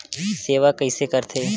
सेवा कइसे करथे?